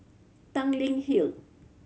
Tanglin Hill